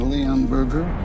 Leonberger